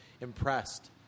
impressed